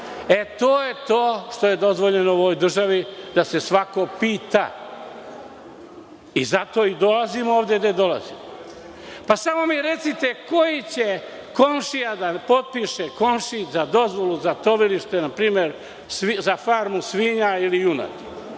To je to što je dozvoljeno u ovoj državi, da se svako pita i zato i dolazimo ovde gde dolazimo. Samo mi recite koji će komšija da potpiše komšiji za dozvolu za tovilište npr. za farmu svinja ili junadi?